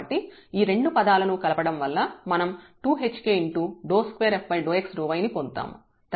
కాబట్టి ఈ రెండు పదాలను కలపడం వల్ల మనం 2hk2f xy ని పొందుతాము